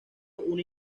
una